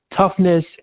toughness